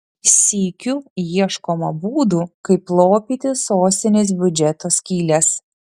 sykiu ieškoma būdų kaip lopyti sostinės biudžeto skyles